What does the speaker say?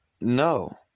no